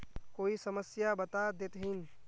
कोई समस्या बता देतहिन?